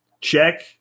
check